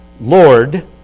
Lord